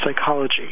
psychology